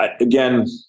again